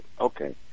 Okay